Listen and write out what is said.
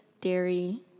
dairy